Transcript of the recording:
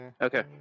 Okay